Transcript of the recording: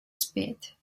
spit